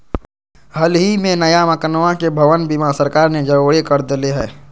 हल ही में नया मकनवा के भवन बीमा सरकार ने जरुरी कर देले है